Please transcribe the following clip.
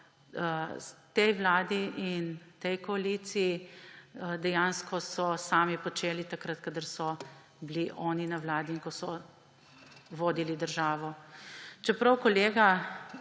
tej vladi in tej koaliciji, so dejansko sami počeli takrat, ko so bili oni na vladi in ko so vodili državo. Čeprav je kolega